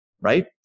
right